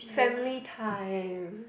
family time